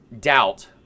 doubt